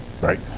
right